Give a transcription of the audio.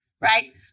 Right